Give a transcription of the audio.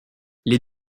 les